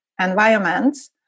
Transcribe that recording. environments